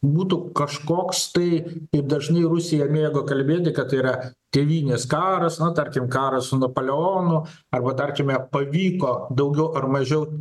būtų kažkoks tai kaip dažnai rusija mėgo kalbėti kad yra tėvynės karas nu tarkim karas su napoleonu arba tarkime pavyko daugiau ar mažiau